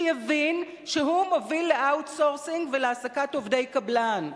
שיבין שהוא מוביל ל-outsourcing ולהעסקת עובדי קבלן.